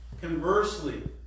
conversely